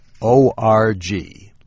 org